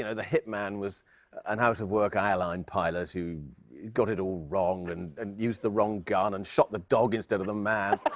and the hit man was an out-of-work airline pilot who got it all wrong and and used the wrong gun and shot the dog instead of the man.